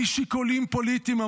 משיקולים פוליטיים,